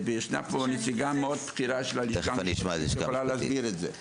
וישנה פה נציגה מאוד בכירה של הלשכה המשפטית שיכולה להסביר את זה.